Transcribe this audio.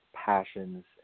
passions